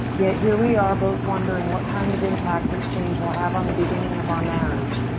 yet here we are both wondering what kind of impact this change will have on the beginning of our marriage.